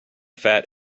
fat